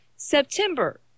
September